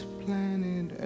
planet